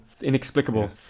Inexplicable